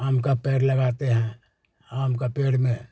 आम का पेड़ लगाते हैं आम का पेड़ में